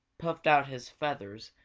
puffed out his feathers,